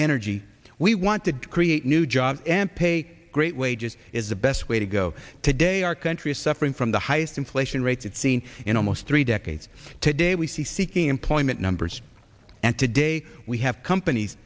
energy we want to create new jobs and pay great wages is the best way to go today our country is suffering from the highest inflation rates it's seen in almost three decades today we see seeking employment numbers and today we have companies